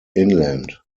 inland